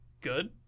good